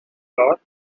flour